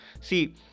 see